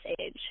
age